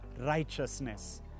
righteousness